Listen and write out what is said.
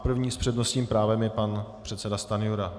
První s přednostním právem je pan předseda Stanjura.